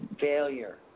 Failure